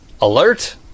alert